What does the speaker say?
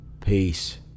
Peace